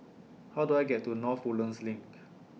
How Do I get to North Woodlands LINK